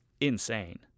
insane